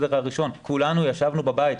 כולנו ישבנו בבית.